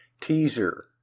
teaser